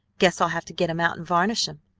guess i'll have to get em out and varnish em.